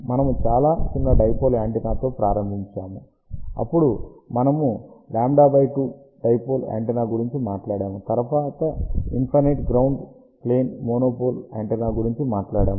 మనము చాలా చిన్న డైపోల్ యాంటెన్నాతో ప్రారంభించాము అప్పుడు మనము λ 2 డైపోల్ యాంటెన్నా గురించి మాట్లాడాము తరువాత infinite ground plane monopole antenna గురించి మాట్లాడాము